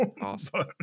awesome